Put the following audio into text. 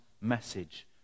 message